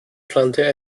plante